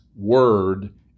Word